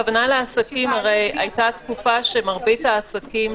לעסקים היתה תקופה שמרבית העסקים,